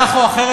כך או אחרת,